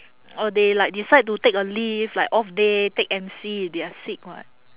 or they like decide to take a leave like off day take M_C they are sick [what]